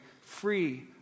Free